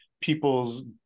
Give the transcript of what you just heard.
people's